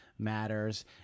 matters